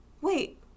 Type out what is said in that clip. wait